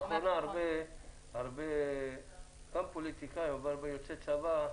לאחרונה הרבה --- פוליטיקאים אבל יוצאי צבא,